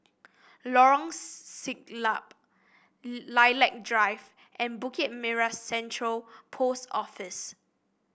Lorong Siglap Lilac Drive and Bukit Merah Central Post Office